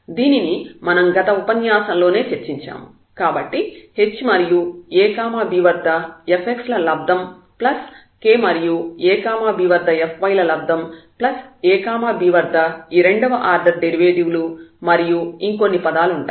దీనిని మనం గత ఉపన్యాసం లోనే చర్చించాము కాబట్టి h మరియు ab వద్ద fx ల లబ్దం ప్లస్ k మరియు ab వద్ద fy ల లబ్దం ప్లస్ ab వద్ద ఈ రెండవ ఆర్డర్ డెరివేటివ్ లు మరియు ఇంకొన్ని పదాలుంటాయి